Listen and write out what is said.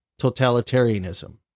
totalitarianism